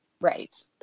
Right